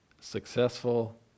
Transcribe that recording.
successful